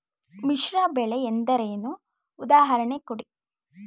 ಮಿಶ್ರ ಬೆಳೆ ಎಂದರೇನು, ಉದಾಹರಣೆ ಕೊಡಿ?